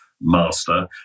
master